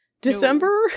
December